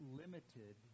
limited